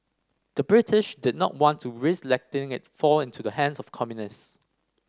the British did not want to risk letting it's fall into the hands of communists